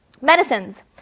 Medicines